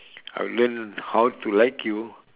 I would learn how to like you